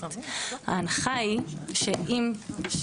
ההנחה היא שאם,